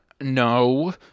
no